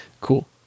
Cool